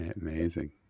Amazing